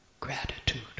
Gratitude